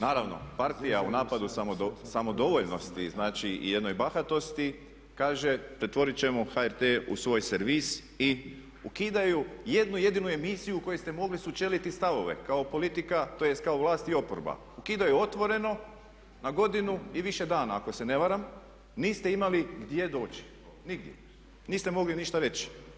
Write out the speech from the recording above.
Naravno, partija u napadu samodovoljnosti i jednoj bahatosti kaže pretvorit ćemo HRT u svoj servis i ukidaju jednu jedinu emisiju u kojoj ste mogli sučeliti stavove kao politika, tj. kao vlast i oporba, ukidaju Otvoreno na godinu i više dana ako se ne varam, niste imali gdje doći, nigdje, niste mogli ništa reći.